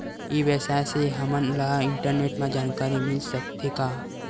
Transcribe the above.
ई व्यवसाय से हमन ला इंटरनेट मा जानकारी मिल सकथे का?